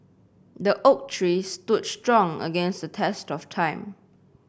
the oak tree stood strong against the test of time